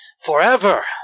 Forever